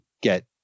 get